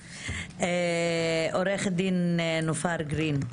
עורכת הדין נופר גרין,